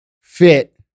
fit